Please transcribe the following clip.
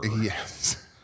Yes